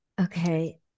Okay